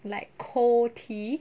like cold tea